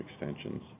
extensions